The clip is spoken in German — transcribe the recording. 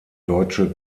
deutsche